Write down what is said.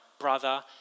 brother